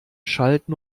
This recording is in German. schalten